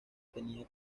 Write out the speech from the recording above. tenía